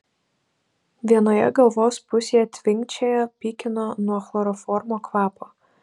vienoje galvos pusėje tvinkčiojo pykino nuo chloroformo kvapo